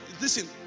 listen